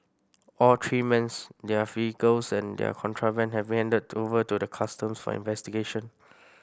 all three men's their vehicles and their contraband have been handed over to the Custom for investigation